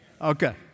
Okay